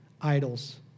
idols